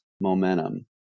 momentum